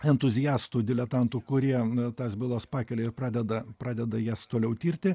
entuziastų diletantų kurie tas bylos pakelia ir pradeda pradeda jas toliau tirti